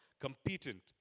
competent